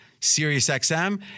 SiriusXM